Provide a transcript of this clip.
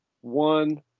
one